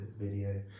video